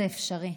זה אפשרי,